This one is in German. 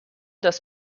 das